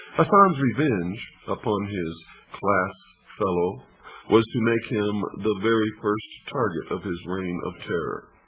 hasan's revenge upon his class-fellow was to make him the very first target of his reign of terror.